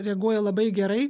reaguoja labai gerai